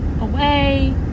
away